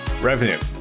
revenue